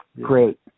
great